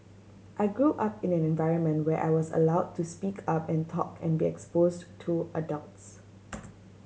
I grew up in an environment where I was allowed to speak up and talk and be exposed to adults